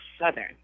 Southern